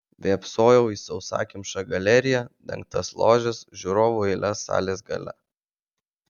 vėpsojau į sausakimšą galeriją dengtas ložes žiūrovų eiles salės gale